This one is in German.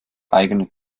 eigene